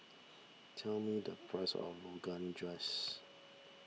tell me the price of Rogan Josh